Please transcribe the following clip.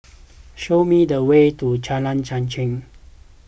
show me the way to Jalan Chichau